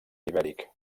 ibèric